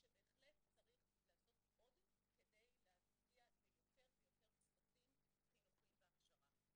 ובהחלט צריך לעשות עוד כדי להגיע ליותר ויותר צוותים חינוכיים בהכשרה.